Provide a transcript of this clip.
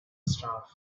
staff